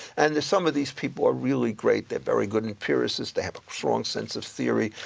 and some of these people are really great, they're very good empiricists, they have a strong sense of theory.